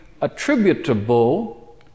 attributable